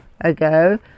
ago